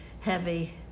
heavy